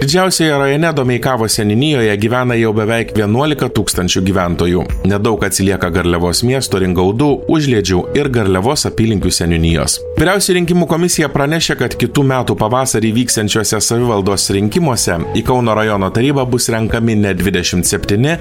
didžiausioje rajone domeikavos seniūnijoje gyvena jau beveik vienuolika tūkstančių gyventojų nedaug atsilieka garliavos miesto ringaudų užliedžių ir garliavos apylinkių seniūnijos vyriausioji rinkimų komisija pranešė kad kitų metų pavasarį vyksiančiuose savivaldos rinkimuose į kauno rajono tarybą bus renkami ne dvidešimt septyni